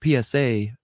psa